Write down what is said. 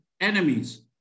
enemies